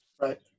Right